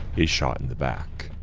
he's shot in the back.